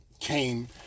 came